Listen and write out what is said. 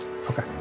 Okay